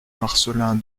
marcelin